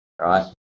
right